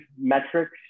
metrics